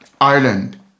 Ireland